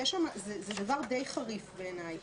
זה דבר די חריף בעיניי.